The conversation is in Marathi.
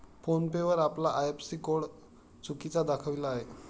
फोन पे वर आपला आय.एफ.एस.सी कोड चुकीचा दाखविला आहे